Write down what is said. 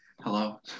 Hello